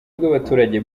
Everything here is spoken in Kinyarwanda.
bw’abaturage